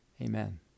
Amen